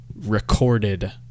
recorded